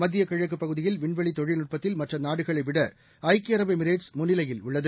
மத்தியகிழக்குபகுதியில் விண்வெளிதொழில்நுட்பத்தில் மற்றநாடுகளைவிடஐக்கிய அரபு எமிரேட் முன்னிலையில் உள்ளது